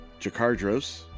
Jakardros